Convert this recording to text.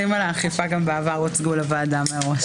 הנתונים על האכיפה גם בעבר הוצגו לוועדה מראש.